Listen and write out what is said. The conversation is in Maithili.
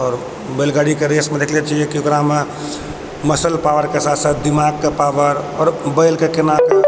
आओर बैलगाड़ीके रेस मे देखलो छियै कि ओकरा मे मसल पावर के साथ साथ दिमाग के पावर आओर बैल के केनाइ